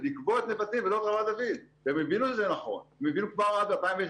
לקבוע את נבטים ולא את רמת דוד,